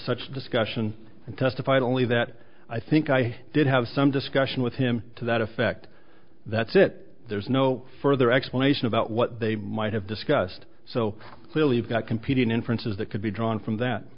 such discussion and testified only that i think i did have some discussion with him to that effect that's it there's no further explanation about what they might have discussed so clearly you've got competing inferences that could be drawn from that